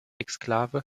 exklave